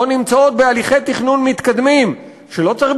או נמצאות בהליכי תכנון מתקדמים,